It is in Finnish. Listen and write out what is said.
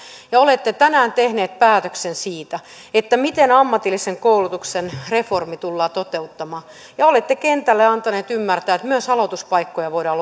ja olette tänään tehneet päätöksen siitä siitä miten ammatillisen koulutuksen reformi tullaan toteuttamaan ja olette kentälle antaneet ymmärtää että myös aloituspaikkoja voidaan